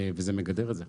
וזה מגדר את זה.